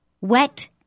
Wet